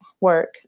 work